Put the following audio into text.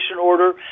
order